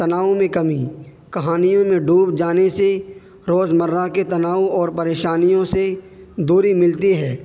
تناؤ میں کمی کہانیوں میں ڈوب جانے سے روز مرہ کے تناؤ اور پریشانیوں سے دوری ملتی ہے